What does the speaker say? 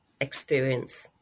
experience